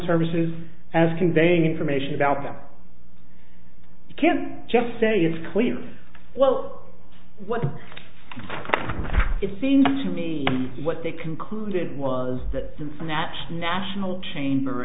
services as conveying information about them you can just say it's clear well what it seems to me what they concluded was that since that national chain